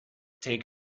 take